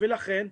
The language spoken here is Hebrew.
לכן,